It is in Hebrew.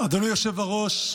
אדוני היושב-ראש,